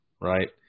right